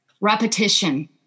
repetition